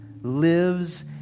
lives